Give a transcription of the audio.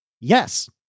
Yes